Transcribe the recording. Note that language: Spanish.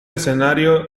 escenario